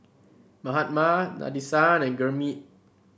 Mahatma Nadesan and Gurmeet